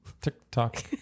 TikTok